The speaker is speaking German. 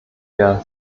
der